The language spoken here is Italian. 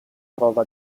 trova